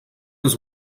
his